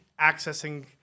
accessing